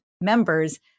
members